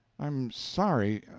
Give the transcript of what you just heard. i'm sorry,